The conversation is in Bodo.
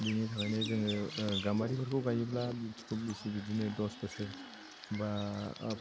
बिनि थाखायनो जोङो गामबारिफोरखौ गायोब्ला बिदिनो दस बोसोर बा